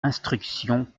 instruction